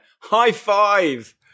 High-five